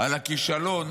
על הכישלון